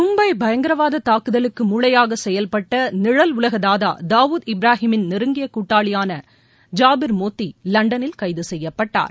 மும்பை பயங்கரவாத தாக்குதலுக்கு மூளையாக செயல்டட்ட நிழல் உலக தாதா தாவூத் இப்ராஹிமின் நெருங்கிய கூட்டாளியான ஜாபிர் மோத்தி லண்டனில் கைது செய்யப்பட்டார்